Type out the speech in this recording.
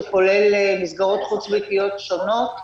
שכולל מסגרות חוץ-ביתיות שונות,